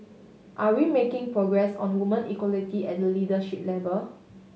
are we making progress on women equality at the leadership level